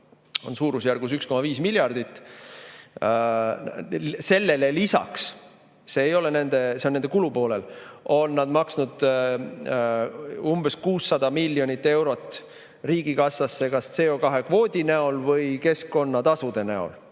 on suurusjärgus 1,5 miljardit. Sellele lisaks – see on nende kulupoolel – on nad maksnud umbes 600 miljonit eurot riigikassasse kas CO2‑kvoodi näol või keskkonnatasude näol,